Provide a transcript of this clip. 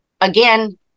again